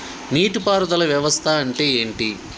నీటి పారుదల వ్యవస్థ అంటే ఏంటి?